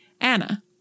Anna